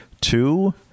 two